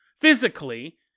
physically